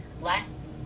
less